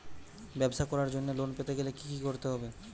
ব্যবসা করার জন্য লোন পেতে গেলে কি কি করতে হবে?